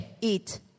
eat